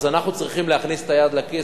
אז אנחנו צריכים להכניס את היד לכיס.